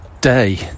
day